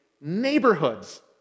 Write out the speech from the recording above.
neighborhoods